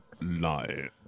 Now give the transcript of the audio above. lie